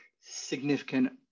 significant